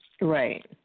Right